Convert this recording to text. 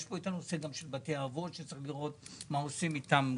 יש פה את הנושא גם של בתי אבות שצריך לראות מה עושים איתם.